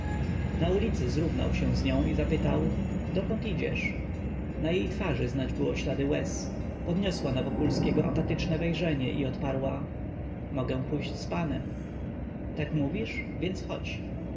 na ulicy zrównał się z nią i zapytał dokąd idziesz na jej twarzy znać było ślady łez podniosła na wokulskiego apatyczne wejrzenie i odparła mogę pójść z panem tak mówisz więc chodź